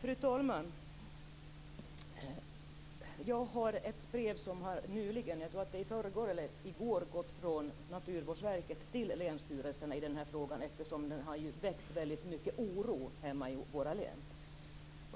Fru talman! Jag har ett brev som i förrgår gick från Naturvårdsverket i den här frågan, eftersom det har uppstått mycket av oro ute i våra län.